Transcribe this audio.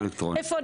איפה.